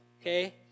okay